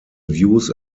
views